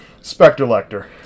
Spectre-lector